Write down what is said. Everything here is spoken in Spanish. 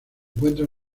encuentra